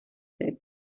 said